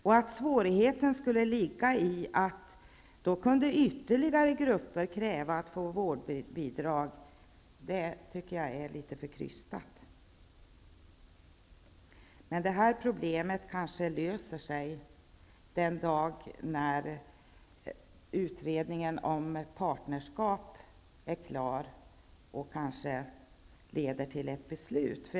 Jag tycker att det är litet krystat att säga att svårigheten skulle ligga i att ytterligare grupper då skulle kunna kräva att få vårdbidrag. Problemet kanske löser sig den dag när utredningen om partnerskap är klar och kanske leder till ett beslut.